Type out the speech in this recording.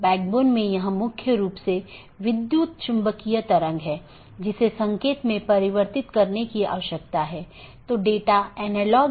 वर्तमान में BGP का लोकप्रिय संस्करण BGP4 है जो कि एक IETF मानक प्रोटोकॉल है